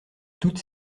toutes